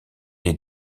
les